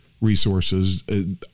resources